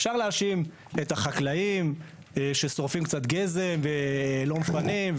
אפשר להאשים את החקלאים ששורפים קצת גזם ולא מפנים,